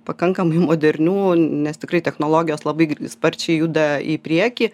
pakankamai modernių nes tikrai technologijos labai sparčiai juda į priekį